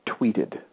tweeted